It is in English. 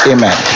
Amen